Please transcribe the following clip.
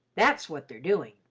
that's what they're doing,